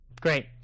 Great